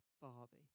Barbie